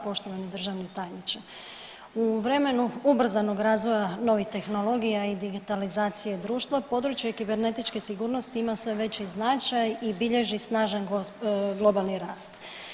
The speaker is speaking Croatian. Poštovani državni tajniče, u vremenu ubrzano razvoja novih tehnologija i digitalizacije društva područje i kibernetičke sigurnosti ima sve veći značaj i bilježi snažan globalni rast.